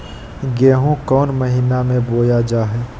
गेहूँ कौन महीना में बोया जा हाय?